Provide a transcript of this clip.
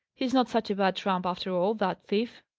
he's not such a bad trump after all, that thief!